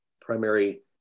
primary